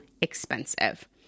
expensive